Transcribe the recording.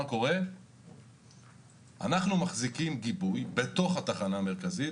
אנחנו מחזיקים גיבוי בתוך התחנה המרכזית,